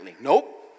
nope